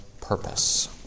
purpose